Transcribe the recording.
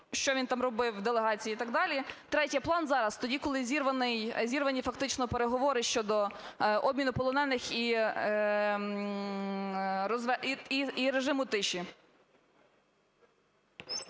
що він там робив в делегації і так далі. Третє. План зараз, тоді, коли зірвані фактично переговори щодо обміну полонених і режиму тиші?